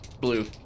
Blue